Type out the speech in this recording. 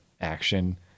action